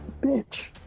bitch